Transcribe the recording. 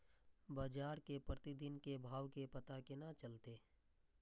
बजार के प्रतिदिन के भाव के पता केना चलते?